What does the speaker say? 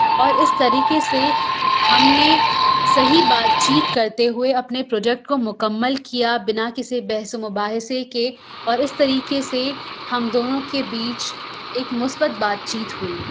اور اس طریقے سے ہم نے صحیح بات چیت کرتے ہوئے اپنے پروجیکٹ کو مکمل کیا بنا کسی بحث و مباحثے کے اور اس طریقے سے ہم دونوں کے بیچ ایک مثبت بات چیت ہوئی